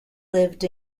lived